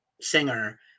singer